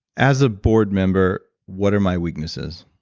as a board member what are my weaknesses?